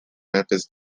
memphis